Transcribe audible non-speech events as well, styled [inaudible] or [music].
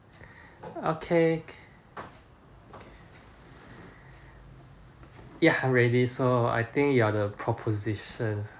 [breath] okay ya really so I think you are the propositions